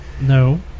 No